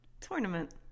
Tournament